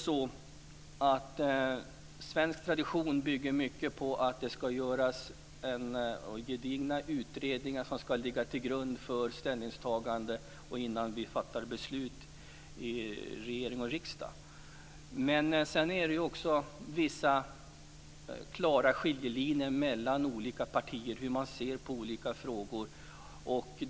Svensk tradition bygger mycket på gedigna utredningar som ligger till grund för ställningstaganden innan beslut fattas i regering och riksdag. Det finns vissa klara skiljelinjer på hur man ser på olika frågor mellan olika partier.